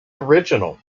original